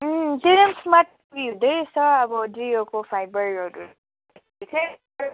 दिँदै रहेछ अब जियोको फाइबरहरू